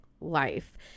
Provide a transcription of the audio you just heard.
life